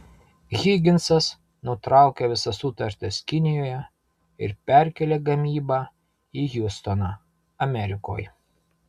higinsas nutraukė visas sutartis kinijoje ir perkėlė gamybą į hjustoną amerikoje